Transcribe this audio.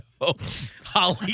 Holly